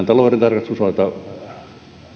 talouden tarkastuksen osalta